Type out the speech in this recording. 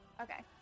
Okay